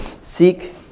seek